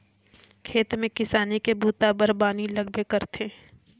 खेत में किसानी के बूता बर पानी लगबे करही